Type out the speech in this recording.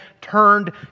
turned